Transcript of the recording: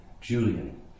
Julian